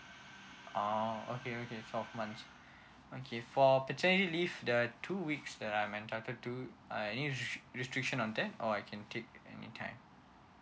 oh okay okay twelve months okay for paternity leave the two weeks that I'm entitled to any restriction on that or I can take any time